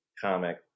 comic